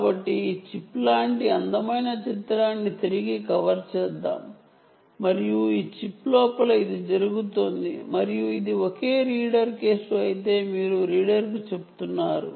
కాబట్టి ఈ చిప్ లాంటి అందమైన చిత్రాన్ని తిరిగి కవర్ చేద్దాం మరియు ఈ చిప్ లోపల ఇది జరుగుతోంది మరియు ఇది ఒకే రీడర్ కేసు అయితే మీరు రీడర్కు చెప్తున్నారు